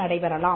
நடைபெறலாம்